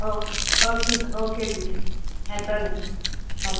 ओ okay okay teacher येतोलें होय